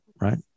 right